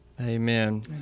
Amen